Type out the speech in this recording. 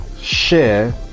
share